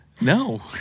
No